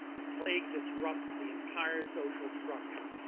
the plague disrupts the entire social structure,